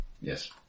Yes